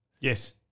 Yes